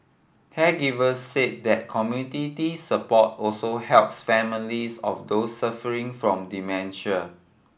caregivers said that community support also helps families of those suffering from dementia